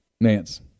Nance